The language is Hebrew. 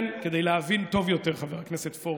כדי להבין טוב יותר, חבר הכנסת פורר.